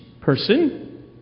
person